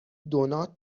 دونات